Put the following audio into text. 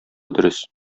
дөрес